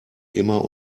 immer